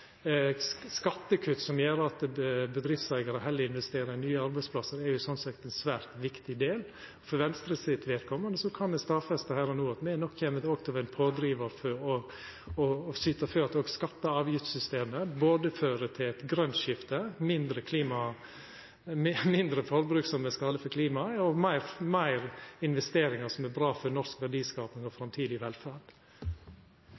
Skattekutt som gjer at bedriftseigarar heller investerer i nye arbeidsplassar, er sånn sett ein svært viktig del. For Venstres vedkomande kan eg stadfesta her og no at me nok kjem til å vera ein pådrivar for å syta for at òg skatte- og avgiftssystemet fører til både eit grønt skifte, mindre forbruk som er skadeleg for klimaet, og fleire investeringar som er bra for norsk verdiskaping og